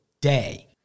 day